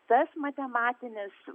tas matematinis